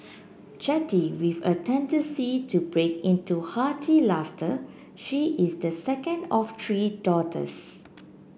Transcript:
chatty with a tendency to break into hearty laughter she is the second of three daughters